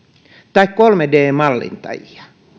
tai kolme d mallintajia